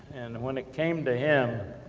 and when it came to him,